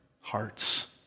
hearts